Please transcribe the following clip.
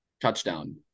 touchdown